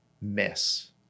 miss